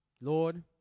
Lord